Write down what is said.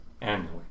annually